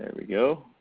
and we go.